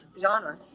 genre